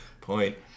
Point